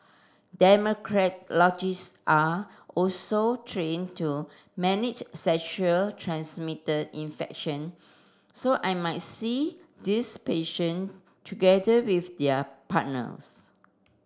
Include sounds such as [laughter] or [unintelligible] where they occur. [unintelligible] are also trained to manage sexual transmitted infection so I might see these patient together with their partners